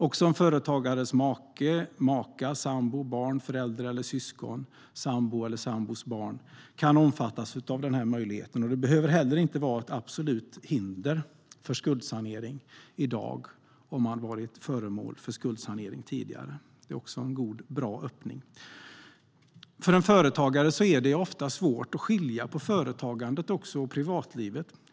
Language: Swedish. Också en företagares make, maka, barn, förälder, syskon, sambo eller sambos barn kan omfattas av möjligheten. Det behöver heller inte vara ett absolut hinder för skuldsanering i dag att man tidigare varit föremål för skuldsanering. Det är också en bra öppning. För en företagare är det ofta svårt att skilja på företagandet och privatlivet.